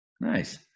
Nice